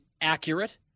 accurate